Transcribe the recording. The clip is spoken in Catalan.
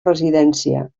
residència